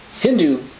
Hindu